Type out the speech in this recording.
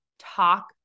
talk